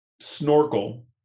snorkel